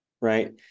Right